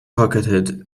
pocketed